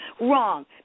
Wrong